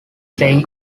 say